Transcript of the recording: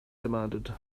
demanded